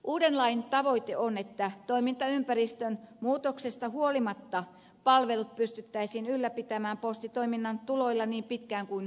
uuden lain tavoite on että toimintaympäristön muutoksesta huolimatta palvelut pystyttäisiin ylläpitämään postitoiminnan tuloilla niin pitkään kuin mahdollista